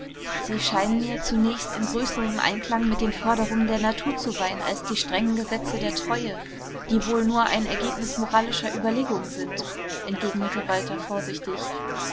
sie scheinen mir zunächst in größerem einklang mit den forderungen der natur zu sein als die strengen gesetze der treue die wohl nur ein ergebnis moralischer überlegungen sind entgegnete walter vorsichtig